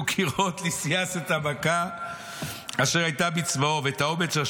"וכראות לוסיאס את המכה אשר הייתה בצבאו ואת האומץ אשר